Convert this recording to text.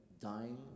dying